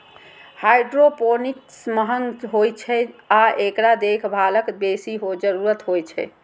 hydroponics महंग होइ छै आ एकरा देखभालक बेसी जरूरत होइ छै